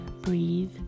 breathe